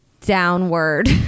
downward